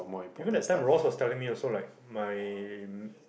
Even that time Ross was telling me also like my